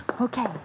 Okay